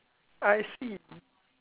I see